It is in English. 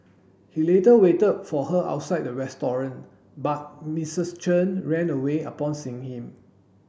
he later waited for her outside the restaurant but Mrs Chen ran away upon seeing him